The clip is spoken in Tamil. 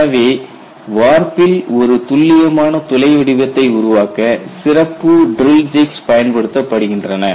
எனவே வார்ப்பில் ஒரு துல்லியமான துளை வடிவத்தை உருவாக்க சிறப்பு ட்ரில் ஜிக்ஸ் பயன்படுத்தப்படுகின்றன